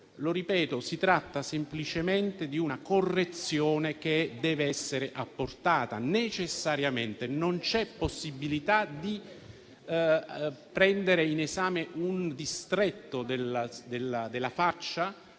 Ripeto che si tratta semplicemente di una correzione che deve essere apportata necessariamente: non c'è possibilità di prendere in esame un distretto della faccia